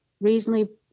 reasonably